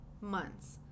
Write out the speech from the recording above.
months